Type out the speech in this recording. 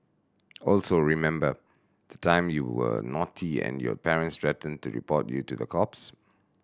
also remember the time you were naughty and your parents threatened to report you to the cops